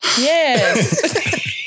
Yes